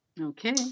Okay